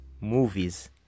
movies